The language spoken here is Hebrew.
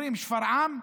אומרים: שפרעם?